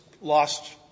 lost